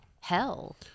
hell